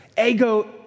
Ego